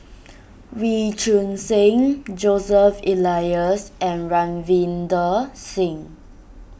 Wee Choon Seng Joseph Elias and Ravinder Singh